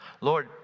Lord